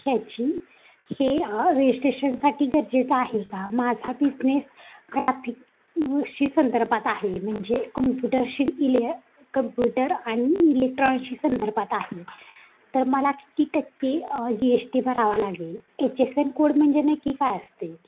ह्याची हे रजिस्ट्रेशनसाठी गरजेचं आहे का माझा बिझनेस ग्राफिक शी संदर्भात आहे म्हणजे काँप्युटरशी इले कंप्युटर आणि इलेक्ट्रॉनिक्सशी संदर्भात आहे तर मला किती टक्के जी एस टी भरावं लागेल एच एस एम कोड म्हणजे नक्की काय असते